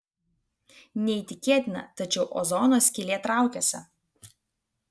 neįtikėtina tačiau ozono skylė traukiasi